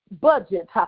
budget